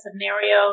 scenario